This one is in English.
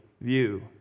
view